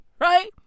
right